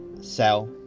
sell